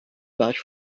vouch